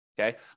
okay